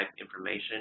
information